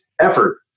effort